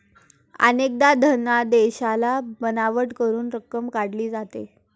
अनेकदा धनादेशाला बनावट करून रक्कम काढली जाते